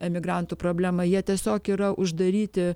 emigrantų problemą jie tiesiog yra uždaryti